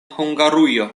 hungarujo